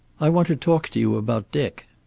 i want to talk to you about dick.